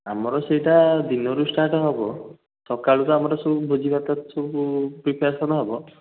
ଆମର ସେଇଟା ଦିନରୁ ଷ୍ଟାର୍ଟ୍ ହେବ ସକାଳୁ ତ ଆମର ସବୁ ଭୋଜିଭାତ ତ ସବୁ ପ୍ରିପେଆରେସନ୍ ହେବ